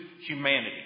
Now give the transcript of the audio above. humanity